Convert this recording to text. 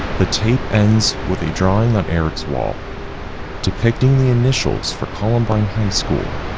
the tape ends with a drawing on eric's wall depicting the initials for columbine high school,